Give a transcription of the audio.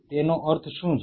તેનો અર્થ શું છે